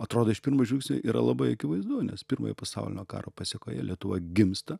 atrodo iš pirmo žvilgsnio yra labai akivaizdu nes pirmojo pasaulinio karo pasekoje lietuva gimsta